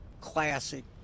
classic